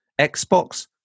Xbox